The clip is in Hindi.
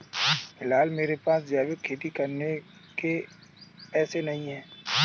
फिलहाल मेरे पास जैविक खेती करने के पैसे नहीं हैं